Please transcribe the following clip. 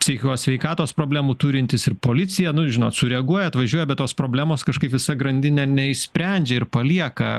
psichikos sveikatos problemų turintis ir policija nu žinot sureaguoja atvažiuoja bet tos problemos kažkai visą grandinę neišsprendžia ir palieka